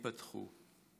ייפתחו.